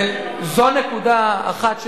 זו נקודה אחת,